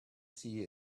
see